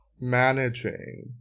managing